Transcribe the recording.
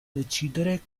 decidere